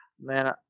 man